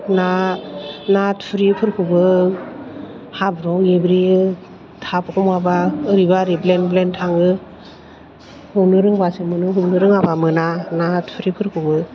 ना ना थुरिफोरखौबो हाब्रुआव एब्रेयो थाब हमाबा ओरैबा ओरै ब्लेन ब्लेन थाङो हमनो रोंबासो मोनो हमनो रोङाबा मोना ना थुरिफोरखौबो